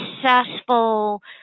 successful